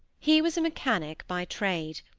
he was a mechanic by trade,